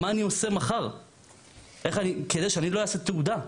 מה אני עושה מחר כדי שאני לא אעשה תעודה.